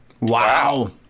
wow